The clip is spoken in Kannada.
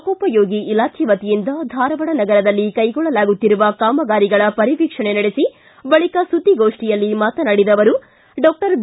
ಲೋಕೋಪಯೋಗಿ ಇಲಾಖೆ ವತಿಯಿಂದ ಧಾರವಾಡ ನಗರದಲ್ಲಿ ಕೈಗೊಳ್ಳಲಾಗುತ್ತಿರುವ ಕಾಮಗಾರಿಗಳ ಪರಿವೀಕ್ಷಣೆ ನಡೆಸಿ ಬಳಕ ಸುದ್ದಿಗೋಷ್ಠಿಯಲ್ಲಿ ಮಾತನಾಡಿದ ಅವರು ಡಾಕ್ಟರ್ ಬಿ